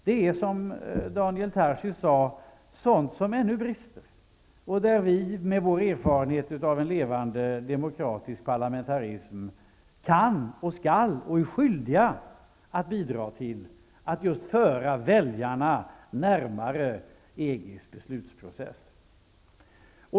Det är, som Daniel Tarschys sade, sådant som ännu brister, och där vi med vår erfarenhet av en levande demokratisk parlamentarism kan, skall och är skyldiga att bidra till att just föra väljarna närmare EG:s beslutsprocess.